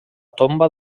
tomba